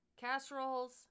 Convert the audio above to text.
casseroles